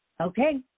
Okay